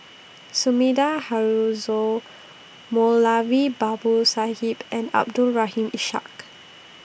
Sumida Haruzo Moulavi Babu Sahib and Abdul Rahim Ishak